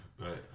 Right